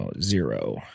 zero